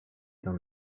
dans